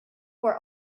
were